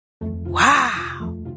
Wow